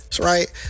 right